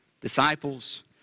disciples